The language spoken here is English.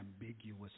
ambiguous